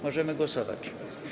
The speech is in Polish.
Możemy głosować.